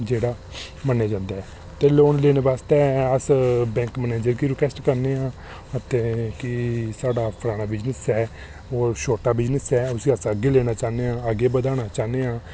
ते जेह्ड़ा मन्नेआ जंदा ऐ ते लोन लैने आस्तै अस बैंक मैनेजर गी रिकवेस्ट करने आं ते की साढ़ा पराना बिज़नेस ऐ ते होर छोडा बिज़नेस ऐ ते उसी अस अग्गै लैना चाह्न्ने आं ते अग्गै बधाना चाह्न्ने आं